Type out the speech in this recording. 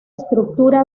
estructura